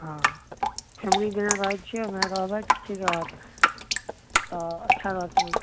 हँ फैमिली जेना रहैत छियै ओना रहबै तऽ ठीक रहत तऽ अच्छा रहतै